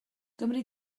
gymri